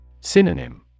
Synonym